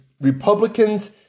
Republicans